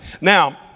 Now